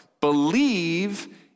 Believe